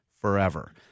forever